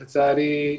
לצערי,